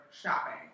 shopping